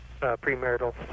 premarital